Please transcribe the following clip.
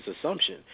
assumption